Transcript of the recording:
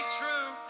true